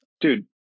Dude